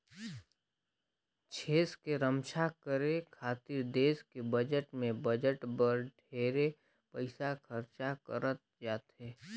छेस के रम्छा करे खातिर देस के बजट में बजट बर ढेरे पइसा खरचा करत जाथे